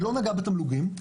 היא לא נגעה בתמלוגים,